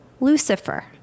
Lucifer